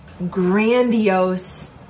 Grandiose